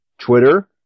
Twitter